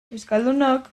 euskaldunok